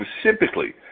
specifically